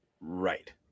Right